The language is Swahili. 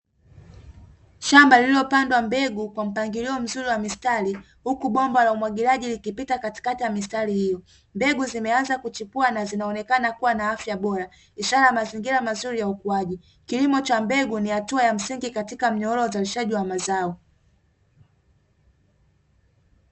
Shamba lililopandwa mbegu kwa mpangilio mzuri wa mistari, huku bomba la umwagiliaji likipita katikati ya mistari hiyo. Mbegu zimeanza kuchipua na zinaonekana kuwa na afya bora ishara ya mazingira mazuri ya ukuaji. Kilimo cha mbegu ni hatua ya msingi katika mnyororo wa uzalishaji wa mazao.